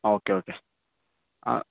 okay okay ആ